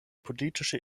politische